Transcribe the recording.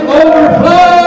overflow